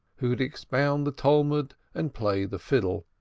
who could expound the talmud and play the fiddle,